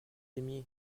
aimiez